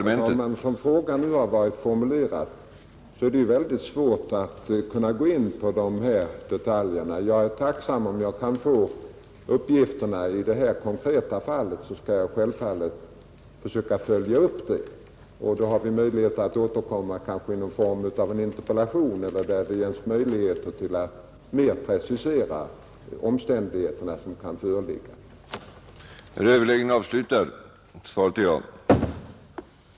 Herr talman! Såsom herr Hallgrens fråga var formulerad är det mycket svårt för mig att här gå in på detaljerna. Men jag är tacksam om jag får uppgifterna i detta konkreta fall, så skall jag självfallet försöka följa upp frågan. Eller kan Herr Hallgren kanske återkomma med t.ex. en interpellation i frågan, då möjligheter kan ges att bättre precisera de omständigheter som föreligger i detta fall.